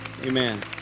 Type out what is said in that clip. Amen